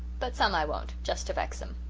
but some i won't, just to vex em.